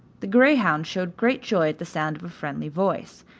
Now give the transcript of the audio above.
the greyhound showed great joy at the sound of a friendly voice,